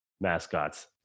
mascots